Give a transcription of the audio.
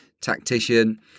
tactician